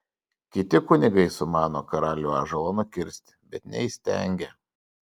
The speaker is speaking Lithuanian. kiti kunigai sumano karalių ąžuolą nukirsti bet neįstengia